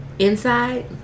Inside